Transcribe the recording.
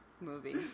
movie